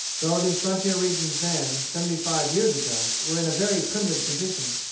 though these frontier regions then, seventy-five years ago, were in a very primitive condition,